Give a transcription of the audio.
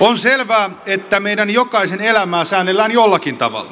on selvää että meidän jokaisen elämää säännellään jollakin tavalla